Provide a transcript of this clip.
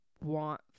want